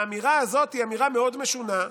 האמירה הזאת היא אמירה מאוד משונה,